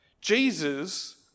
Jesus